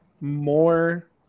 more